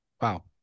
Wow